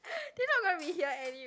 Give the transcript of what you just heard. they not gonna be here anyway